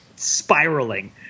spiraling